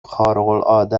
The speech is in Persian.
خارقالعاده